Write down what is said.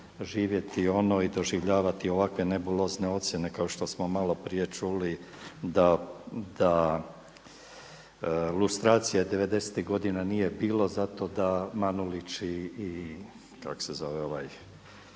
živjeti ono i doživljavati ovakve nebulozne ocjene kao što smo malo prije čuli da lustracije '90.-tih godina nije bilo zato da Manulić i Boljkovac